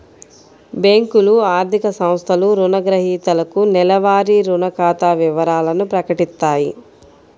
బ్యేంకులు, ఆర్థిక సంస్థలు రుణగ్రహీతలకు నెలవారీ రుణ ఖాతా వివరాలను ప్రకటిత్తాయి